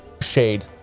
shade